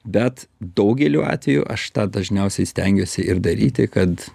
bet daugeliu atveju aš tą dažniausiai stengiuosi ir daryti kad